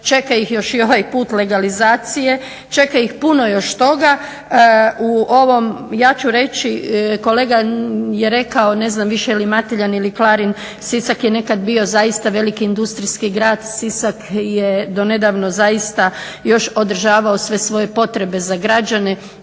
čeka ih još i ovaj put legalizacije, čeka ih puno još toga. U ovom, ja ću reći, kolega je rekao ne znam više je li Mateljan ili Klarin, Sisak je nekad bio zaista veliki industrijski grad. Sisak je do nedavno zaista još održavao sve svoje potrebe za građane